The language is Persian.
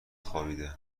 خوابیده